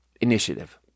initiative